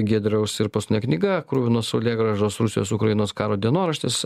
giedriaus ir paskutinė knyga kruvinos saulėgrąžos rusijos ukrainos karo dienoraštis